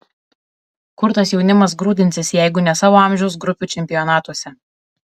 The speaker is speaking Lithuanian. kur tas jaunimas grūdinsis jeigu ne savo amžiaus grupių čempionatuose